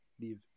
leave